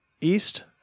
East